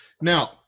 Now